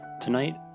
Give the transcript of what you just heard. Tonight